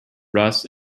rust